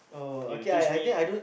you teach me